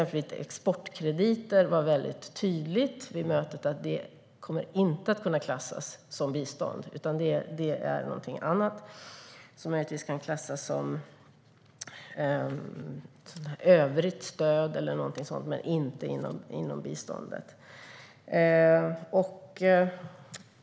På mötet var det tydligt att exportkrediter inte kommer att kunna klassas som bistånd. Det kan möjligtvis klassas som övrigt stöd men inte inom biståndet.